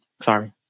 Sorry